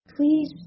please